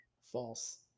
False